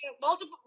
multiple